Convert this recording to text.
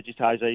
digitization